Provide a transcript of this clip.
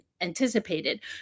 anticipated